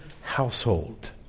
household